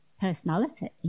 personality